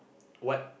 what